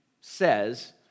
says